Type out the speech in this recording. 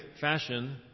fashion